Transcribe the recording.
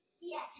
Yes